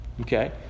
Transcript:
Okay